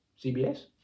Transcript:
CBS